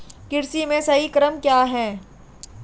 कृषि में सही क्रम क्या है?